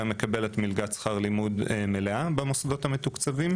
מקבלת מלגת שכר לימוד מלאה במוסדות המתוקצבים.